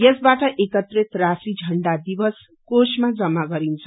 यसबाट एकत्रीत राशि झण्डा दिवस कोशमा जम्मा गरिन्छ